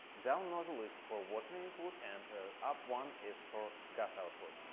down nozzle is for water input and up one is for gas output.